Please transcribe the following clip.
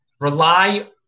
Rely